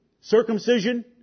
circumcision